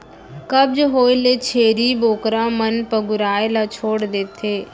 कब्ज होए ले छेरी बोकरा मन पगुराए ल छोड़ देथे